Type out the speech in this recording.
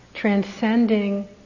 transcending